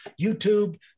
YouTube